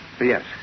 Yes